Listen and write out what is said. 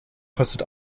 kostet